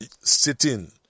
sitting